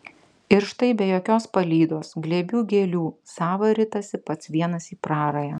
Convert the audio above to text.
ir štai be jokios palydos glėbių gėlių sava ritasi pats vienas į prarają